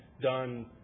done